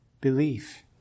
belief